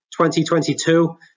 2022